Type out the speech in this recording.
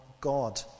God